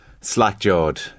slack-jawed